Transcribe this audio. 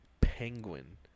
penguin